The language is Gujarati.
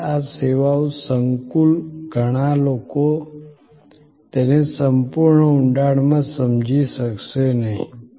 હવે આ સેવાઓ સંકુલ ઘણા લોકો તેને સંપૂર્ણ ઊંડાણમાં સમજી શકશે નહીં